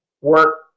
work